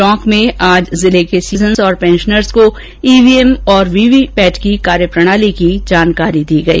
टोंक में आज जिले की सीनियर सिटीजन और पेंशनर्स को ईवीएम और वीवीपेट की कार्यप्रणाली की जानकारी दी गई